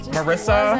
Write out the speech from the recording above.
Marissa